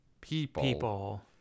people